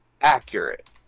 accurate